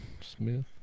Smith